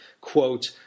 quote